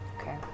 Okay